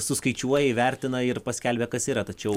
suskaičiuoja įvertina ir paskelbia kas yra tačiau